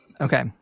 Okay